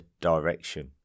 direction